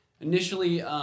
initially